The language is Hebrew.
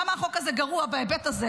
למה החוק הזה גרוע בהיבט הזה?